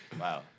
Wow